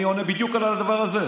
אני עונה בדיוק על הדבר הזה.